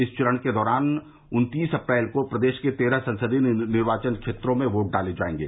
इस चरण के दौरान उन्तीस अप्रैल को प्रदेश के तेरह संसदीय निर्वाचन क्षेत्रों में वोट डाले जायेंगे